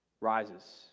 rises